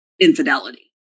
infidelity